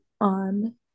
on